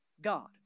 God